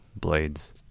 Blades